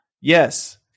Yes